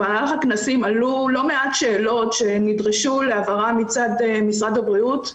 ובמהלך הכנסים עלו לא מעט שאלות שנדרשו להבהרה מצד משרד הבריאות.